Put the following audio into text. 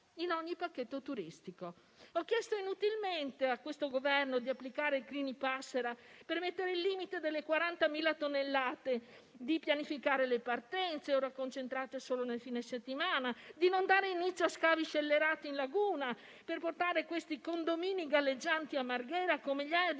Ho chiesto inutilmente a questo Governo di applicare il decreto Clini-Passera per mettere il limite delle 40.000 tonnellate, di pianificare le partenze, ora concentrate solo nel fine settimana, di non dare inizio a scavi scellerati in laguna per portare questi condomini galleggianti a Marghera con migliaia di